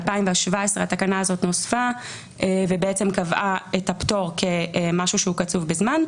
ב-2017 התקנה הזאת נוספה ובעצם קבעה את הפטור כמשהו שהוא קצוב בזמן.